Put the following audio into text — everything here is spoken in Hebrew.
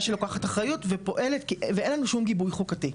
שלוקחת אחריות ופועלת ואין לנו שום גיבוי חוקתי.